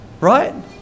right